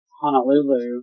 Honolulu